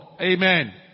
Amen